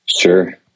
Sure